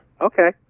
Okay